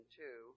two